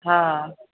हा